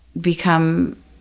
become